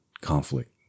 conflict